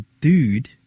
dude